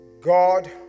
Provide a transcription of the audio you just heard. God